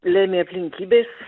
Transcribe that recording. lėmė aplinkybės